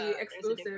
exclusive